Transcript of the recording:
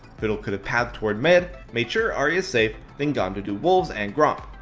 fiddle could have pathed towards mid, made sure ahri is safe, then gone to do wolves and gromp.